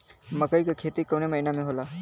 मकई क खेती कवने महीना में होला?